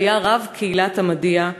שהיה רב קהילת עמדיה,